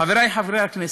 חברי חברי הכנסת,